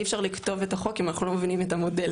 אי אפשר לכתוב את החוק אם אנחנו לא מבינים את המודל